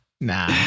Nah